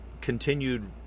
continued